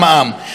אני חושב,